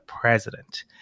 president